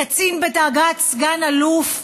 קצין בדרגת סגן אלוף,